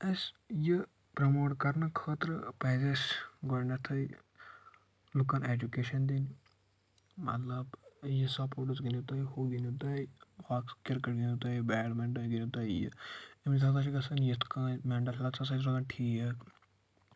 أسۍ یہِ پریٚموٹ کرنہٕ خٲطرٕ پَزِ اسہِ گۄڈٕنٮ۪تٕے لُکَن ایجوکِیشَن دِنۍ مطلب یہِ سپورٹس گِندو تُہۍ ہُہ گِندو تُہۍ ہُہ اکھ کِرکٹ ِگندو تُہۍ بیٹ منٹن گندو تُہۍ امہِ ساتہ چھُ گژھان یتھ کٔنۍ مینٹَل ہیلتھ ہسا چھُ روزان ٹھیٖک